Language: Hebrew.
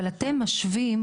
אבל אתם משווים,